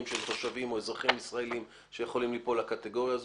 של תושבים או אזרחים ישראליים שיכולים ליפול לקטגוריה הזאת.